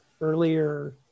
earlier